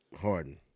Harden